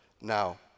Now